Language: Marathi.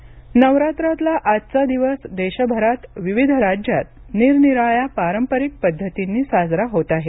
दुर्गाष्टमी नवरात्रातला आजचा दिवस देशभरात विविध राज्यात निरनिराळ्या पारंपरिक पद्धतींनी साजरा होत आहे